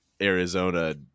Arizona